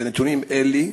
בנתונים אלה?